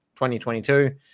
2022